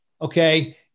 Okay